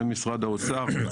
הן ממשרד האוצר,